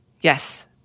Yes